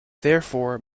therefore